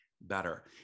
better